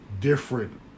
different